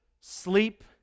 sleep